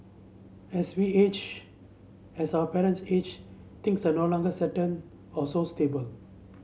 as we age as our parents age things are no longer certain or so stable